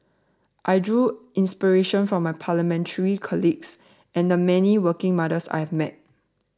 I draw inspiration from my Parliamentary colleagues and the many working mothers I have met